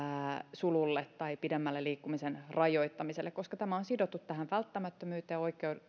sululle pidemmälle liikkumisen rajoittamiselle koska tämä on sidottu tähän välttämättömyyteen